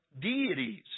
deities